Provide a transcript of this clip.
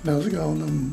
mes gaunam